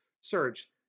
search